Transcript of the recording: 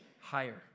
higher